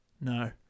no